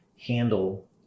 handle